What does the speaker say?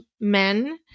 men